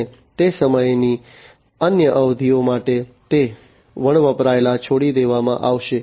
અને તે સમયની અન્ય અવધિઓ માટે તે વણવપરાયેલ છોડી દેવામાં આવશે